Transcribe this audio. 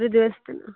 ഒരു ദിവസത്തിൽ